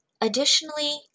Additionally